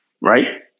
Right